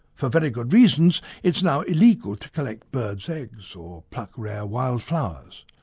for very good reasons, it is now illegal to collect birds' eggs or pluck rare wildflowers.